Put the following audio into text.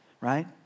right